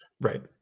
Right